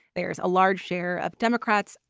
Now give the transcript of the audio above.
there is a large share of democrats,